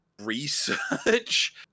research